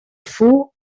fool